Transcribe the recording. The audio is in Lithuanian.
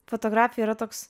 fotografija yra toks